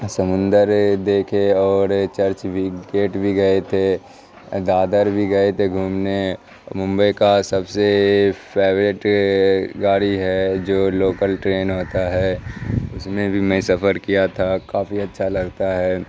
سمندر دیکھے اور چرچ بھی گیٹ بھی گئے تھے دادر بھی گئے تھے گھومنے ممبئی کا سب سے فیوریٹ گاڑی ہے جو لوکل ٹرین ہوتا ہے اس میں بھی میں سفر کیا تھا کافی اچھا لگتا ہے